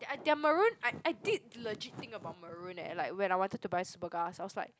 ya uh their maroon I I did legit think about maroon leh when I wanted to buy Superga I was like